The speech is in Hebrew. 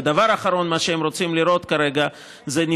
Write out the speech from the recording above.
והדבר האחרון שהם רוצים לראות כרגע זה את